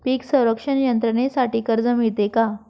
पीक संरक्षण यंत्रणेसाठी कर्ज मिळते का?